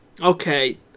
Okay